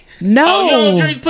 No